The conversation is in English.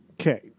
Okay